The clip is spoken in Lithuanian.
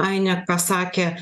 ainė pasakė